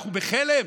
אנחנו בחלם?